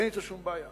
אין אתו שום בעיה,